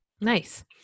Nice